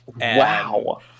Wow